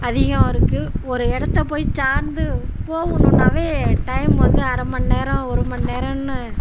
அதிகம் இருக்கு ஒரு இடத்தப் போய் சார்ந்து போகணும்னாவே டைம் வந்து அரைமண் நேரம் ஒருமண் நேரம்ன்னு